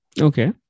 Okay